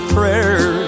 prayer